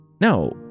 No